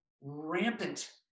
rampant